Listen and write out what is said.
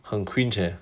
很 cringe eh